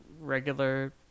regular